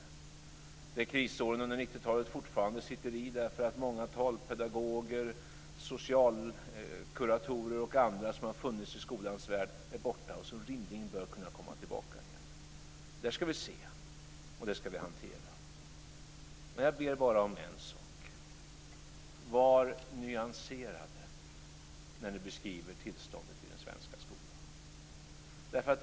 Krisåren från 1990-talet sitter fortfarande i, därför att många talpedagoger, socialkuratorer och andra som har funnits i skolans värld är borta. De bör rimligen kunna komma tillbaka igen. Detta ska vi se på och hantera. Jag ber bara om en sak: Var nyanserade när ni beskriver tillståndet i den svenska skolan.